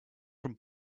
from